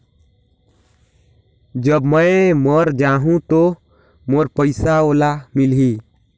जब मै मर जाहूं तो मोर पइसा ओला मिली?